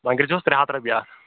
وۄنۍ کٔرۍزیوس ترٛےٚ ہَتھ رۄپیہِ اَتھ